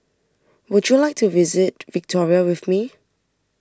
would you like to visit Victoria with me